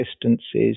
distances